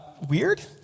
Weird